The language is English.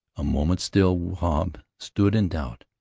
a moment still wahb stood in doubt.